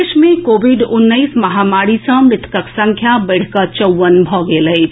प्रदेश मे कोविड उन्नैस महामारी सॅ मृतकक संख्या बढ़िकऽ चौवन भऽ गेल अछि